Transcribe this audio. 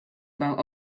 about